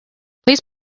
please